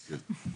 כן.